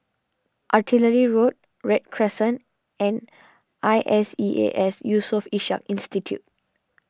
Artillery Road Read Crescent and I S E A S Yusof Ishak Institute